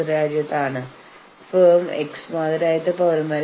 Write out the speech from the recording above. കൂടാതെ ഞാൻ ഇവിടെ കുറച്ച് ഹിന്ദി വാക്കുകൾ ഉപയോഗിക്കാൻ പോകുന്നു